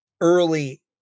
early